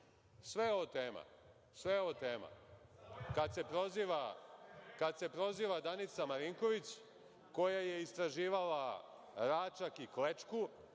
je ovo tema. Kada se proziva Danica Marinković koja je istražila Račak i Klečku,